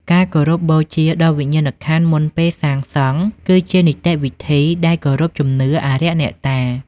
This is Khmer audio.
ការគោរពបូជាដល់ វិញ្ញាណក្ខន្ធមុនពេលសាងសង់ គឺជានីតិវិធីដែលគោរពជំនឿអារក្សអ្នកតា។